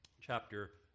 chapter